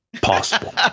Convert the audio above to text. Possible